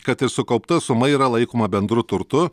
kad ir sukaupta suma yra laikoma bendru turtu